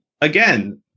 again